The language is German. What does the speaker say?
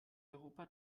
europa